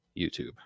YouTube